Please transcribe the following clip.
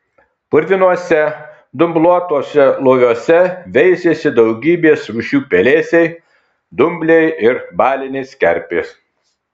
purvinuose dumbluotuose loviuose veisėsi daugybės rūšių pelėsiai dumbliai ir balinės kerpės